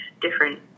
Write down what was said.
different